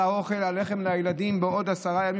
על האוכל ועל הלחם לילדים בעוד 10 ימים,